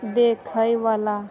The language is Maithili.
देखयवला